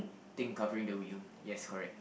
thing covering the wheel yes correct